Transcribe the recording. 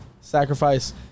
sacrifice